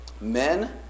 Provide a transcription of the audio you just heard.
men